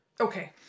Okay